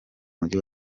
mujyi